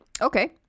okay